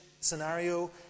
Scenario